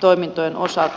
toimintojen osalta